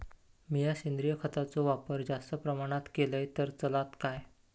मीया सेंद्रिय खताचो वापर जास्त प्रमाणात केलय तर चलात काय?